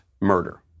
murder